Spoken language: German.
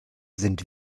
sind